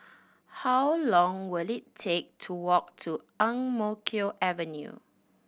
how long will it take to walk to Ang Mo Kio Avenue